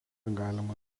galima